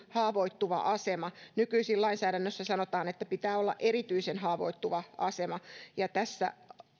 haavoittuva asema nykyisin lainsäädännössä sanotaan että pitää olla erityisen haavoittuva asema ja tässä